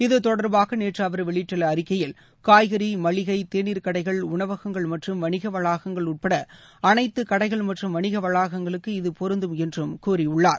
இது தொடர்பாக நேற்று அவர் வெளியிட்டுள்ள அறிக்கையில் காய்கறி மளிகை தேனீர் கடைகள் உணவகங்கள் மற்றும் வணிக வளாகங்கள் உட்பட அனைத்து கடைகள் மற்றும் வணிக வளாகங்களுக்கு இது பொருந்தும் என்று கூறியுள்ளார்